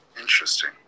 Interesting